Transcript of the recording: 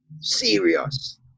serious